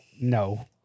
no